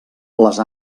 les